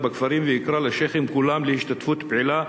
בכפרים ויקרא לשיח'ים כולם להשתתפות פעילה